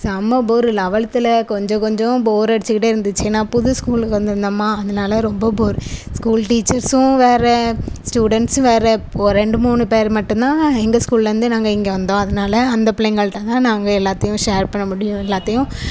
செம்ம போரு லவெல்த்தில் கொஞ்சம் கொஞ்சம் போர் அடிச்சிக்கிட்டே இருந்துச்சு நான் புது ஸ்கூலுக்கு வந்திருந்தோமா அதனால ரொம்ப போரு ஸ்கூல் டீச்சர்ஸ்ஸும் வேறு ஸ்டூடெண்ட்ஸ் வேறு ஒரு ரெண்டு மூணு பேர் மட்டும் தான் எங்கள் ஸ்கூலிலேருந்து நாங்கள் இங்கே வந்தோம் அதனால் அந்த பிள்ளைங்கள்டலாம் நாங்கள் எல்லாத்தையும் ஷேர் பண்ண முடியும் எல்லாத்தையும்